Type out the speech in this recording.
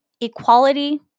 equality